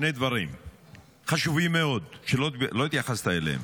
שני דברים חשובים מאוד שלא התייחסת אליהם.